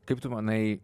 kaip tu manai